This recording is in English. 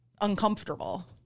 uncomfortable